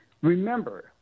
Remember